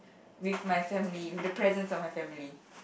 with my family with the presence of my family